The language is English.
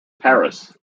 paris